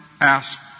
ask